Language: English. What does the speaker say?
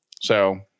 So-